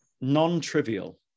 non-trivial